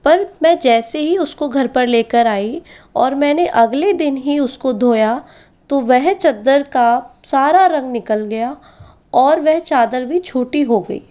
पर मैं जैसे ही उसको घर पर लेकर आई और मैंने अगले ही दिन उसको धोया तो वह चद्दर का सारा रंग निकल गया और वह चादर भी छोटी हो गई